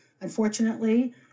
Unfortunately